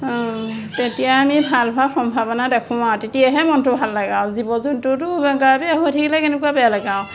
তেতিয়া আমি ভাল হোৱাৰ সম্ভাৱনা দেখোঁ আৰু তেতিয়াহে মনটো ভাল লাগে আৰু জীৱ জন্তুটোৰ গা বেয়া হৈ থাকিলে কেনেকুৱা বেয়া লাগে আৰু